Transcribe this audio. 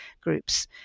groups